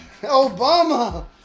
Obama